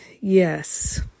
yes